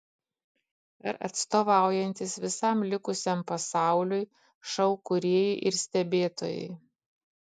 ar atstovaujantys visam likusiam pasauliui šou kūrėjai ir stebėtojai